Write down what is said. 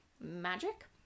magic